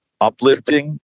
uplifting